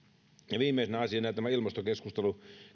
viimeisenä asiana tämä ilmastokeskustelu